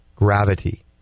gravity